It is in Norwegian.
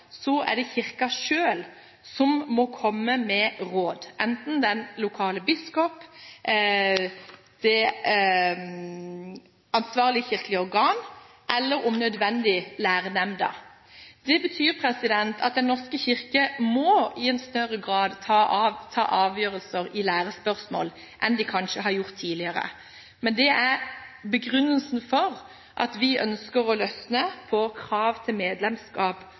er det Kirken selv som må komme med råd – enten den lokale biskop, ansvarlig kirkelig organ eller om nødvendig Lærenemnda. Det betyr at Den norske kirke i større grad enn tidligere må ta avgjørelser i lærespørsmål. Det er begrunnelsen for at vi ønsker å løsne på kravet om medlemskap